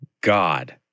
God